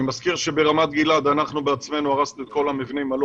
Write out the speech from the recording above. אני מזכיר שברמת גלעד אנחנו בעצמנו הרסנו את כל המבנים הלא